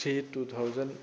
three two thousand